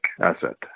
asset